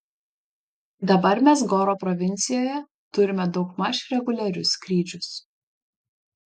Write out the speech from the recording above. dabar mes goro provincijoje turime daugmaž reguliarius skrydžius